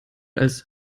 als